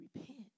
repent